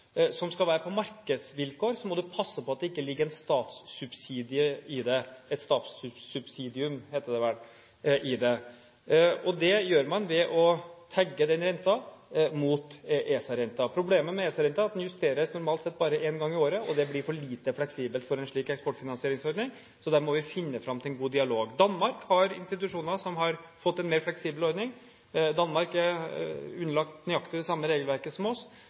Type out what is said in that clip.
som skal være på markedsvilkår, må du passe på at det ikke ligger statssubsiering i det. Det gjør man ved å tagge den renten mot ESA-renten. Problemet med ESA-renten er at den normalt sett justeres bare én gang i året, og det blir for lite fleksibelt for en slik eksportfinansieringsordning, så der må vi finne fram til en god dialog. Danmark har institusjoner som har fått en mer fleksibel ordning. Danmark er underlagt nøyaktig det samme regelverket som oss.